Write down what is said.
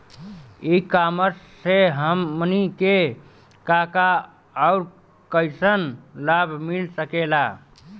E commerce से हमनी के का का अउर कइसन लाभ मिल सकेला?